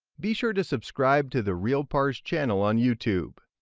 be sure to subscribe to the realpars channel on youtube.